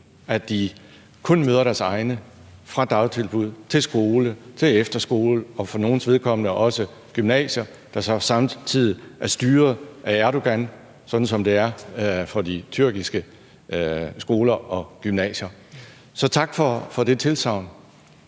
at de kun møder deres egne fra dagtilbud til skole til efterskole og for nogles vedkommende også gymnasier, der så samtidig er styret af Erdogan, sådan som det er for de tyrkiske skoler og gymnasier. Så tak for det tilsagn.